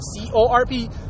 C-O-R-P